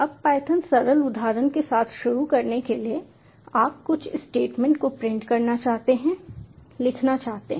अब पायथन सरल उदाहरण के साथ शुरू करने के लिए आप कुछ स्टेटमेंट को प्रिंट करना चाहते हैं लिखना चाहते हैं